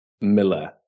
Miller